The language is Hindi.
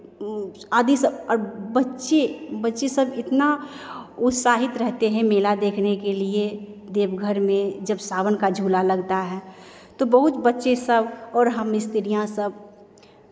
आदि सब और बच्चे बच्चे सब इतना उत्साहित रहते हैं मेला देखने के लिए देवघर में जब सावन का झूला लगता है तो बहुत बच्चे सब और हम स्त्रियाँ सब